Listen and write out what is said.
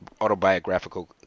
autobiographical